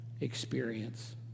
experience